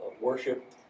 worship